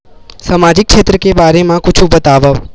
सामजिक क्षेत्र के बारे मा कुछु बतावव?